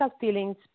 feelings